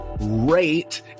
rate